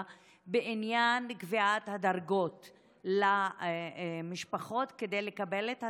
בעניין קביעת הדרגות למשפחות כדי לקבל את הסבסוד,